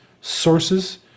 sources